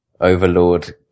overlord